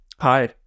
Hi